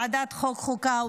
ועדת החוקה,